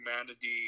humanity